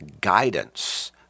guidance